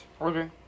Okay